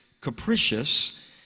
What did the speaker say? capricious